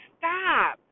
stop